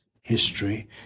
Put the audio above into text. history